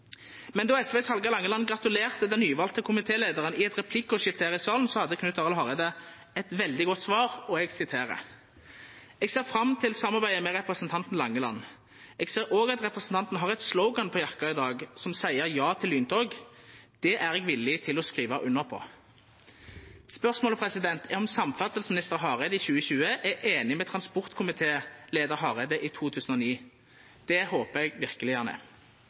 Men då SVs Hallgeir Langeland gratulerte den nyvalde komitéleiaren i eit replikkordskifte her i salen, hadde Knut Arild Hareide eit veldig godt svar: «Eg ser fram til samarbeidet med representanten Langeland. Eg ser òg at representanten har eit slogan på jakka i dag som seier: Ja til lyntog. Det er eg villig til å skrive under på.» Spørsmålet er om samferdselsminister Hareide i 2021 er einig med transportkomitéleiar Hareide i 2009. Det håpar eg verkeleg